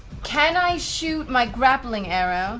can i shoot my grappling arrow